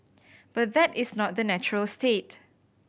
but that is not the natural state